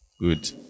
good